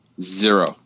Zero